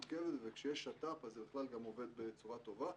וכשיש שת"פ אז בכלל זה גם עובד בצורה טובה,